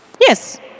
Yes